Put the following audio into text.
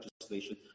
legislation